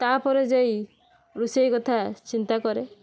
ତା ପରେ ଯାଇ ରୋଷେଇ କଥା ଚିନ୍ତା କରେ